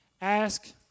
ask